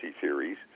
theories